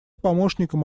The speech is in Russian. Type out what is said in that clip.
помощником